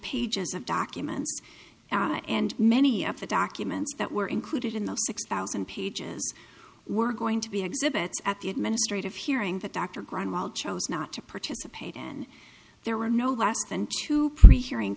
pages of documents and many of the documents that were included in the six thousand pages were going to be exhibits at the administrative hearing that dr grunwald chose not to participate in there were no less than two pre hearing